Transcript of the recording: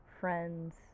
friends